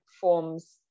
forms